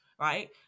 right